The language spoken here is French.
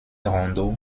rondeau